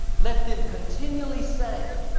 let them continually say,